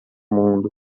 mundo